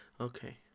okay